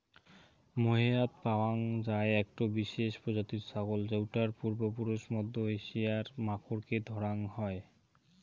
মোহেয়াৎ পাওয়াং যাই একটো বিশেষ প্রজাতির ছাগল যৌটার পূর্বপুরুষ মধ্য এশিয়ার মাখরকে ধরাং হই